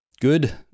good